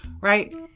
right